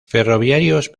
ferroviarios